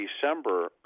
December